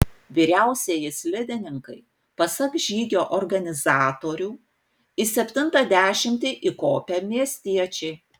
vyriausieji slidininkai pasak žygio organizatorių į septintą dešimtį įkopę miestiečiai